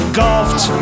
golfed